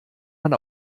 man